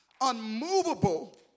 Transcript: unmovable